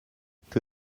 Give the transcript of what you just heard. que